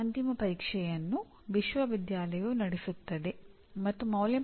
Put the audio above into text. ಈಗ ಒಬಿಇಯ ಅಭ್ಯಾಸಕ್ಕಾಗಿ ಫಿಟ್ನೆಸ್ ಮತ್ತು ಸಾಮರ್ಥ್ಯಕ್ಕಾಗಿ ಶಿಕ್ಷಣವನ್ನು ಉತ್ತೇಜಿಸುತ್ತದೆ